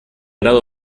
grado